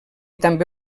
també